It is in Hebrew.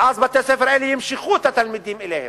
ואז בתי-הספר האלה ימשכו את התלמידים אליהם.